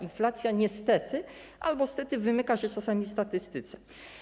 Inflacja niestety, albo stety, wymyka się czasami statystyce.